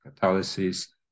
catalysis